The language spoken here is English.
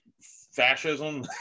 Fascism